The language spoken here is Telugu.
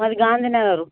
మాది గాంధీ నగరు